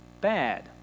bad